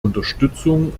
unterstützung